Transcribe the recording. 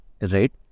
Right